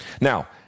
Now